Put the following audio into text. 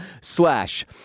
slash